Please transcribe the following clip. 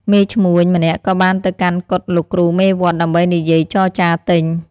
មេឈ្មួញម្នាក់ក៏បានទៅកាន់កុដិលោកគ្រូមេវត្តដើម្បីនិយាយចរចារទិញ។